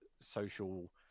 social